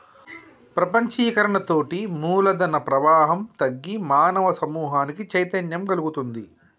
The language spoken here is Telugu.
ప్రపంచీకరణతోటి మూలధన ప్రవాహం తగ్గి మానవ సమూహానికి చైతన్యం గల్గుతుంది